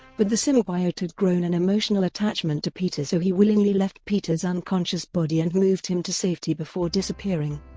but the symbiote had grown an emotional attachment to peter so he willingly left peter's unconscious body and moved him to safety before disappearing.